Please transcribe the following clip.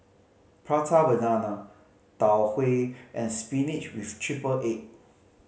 Prata Banana Tau Huay and spinach with triple egg